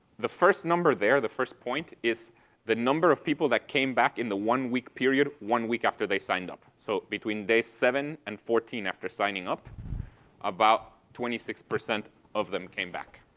the first number there, the first point, is the number of people that came back in the one week period one week after they signed up. so between day seven and fourteen after signing up about twenty six percent of them came back.